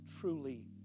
truly